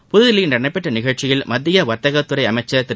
புத்தில்லியில் இன்று நடைபெற்ற நிஷழ்ச்சியில் மத்திய வர்த்தகத்துறை அமைச்சர் திரு